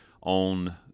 on